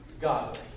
godly